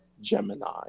Gemini